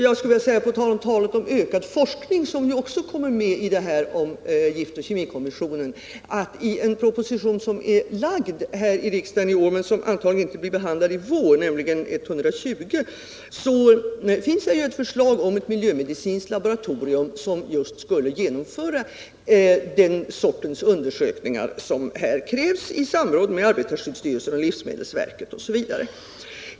Vad beträffar frågan om ökad forskning, som också berörts i samband med förslaget om en giftoch kemikommission, vill jag säga att i en proposition som ligger på riksdagens bord men som antagligen inte kommer att behandlas i vår, nämligen propositionen nr 120, finns det ett förslag om ett miljömedicinskt laboratorium, som i samråd med arbetarskyddsstyrelsen, livsmedelsverket osv. skulle genomföra den sortens undersökningar som här krävs.